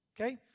okay